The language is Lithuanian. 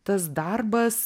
tas darbas